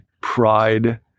pride